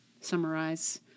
summarize